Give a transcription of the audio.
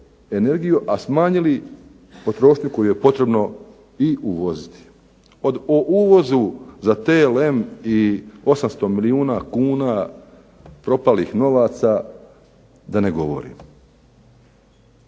a smanjili potrošnju koju je potrebno i uvoziti. O uvozu za TLM i 800 milijuna kuna propalih novaca da ne govorim.